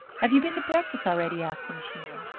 have you been to breakfast already? asked the missionary.